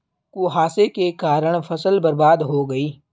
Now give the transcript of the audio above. कुहासे के कारण फसल बर्बाद हो गयी